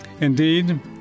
Indeed